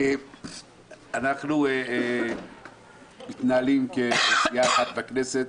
אנחנו מתנהלים כסיעה אחת בכנסת,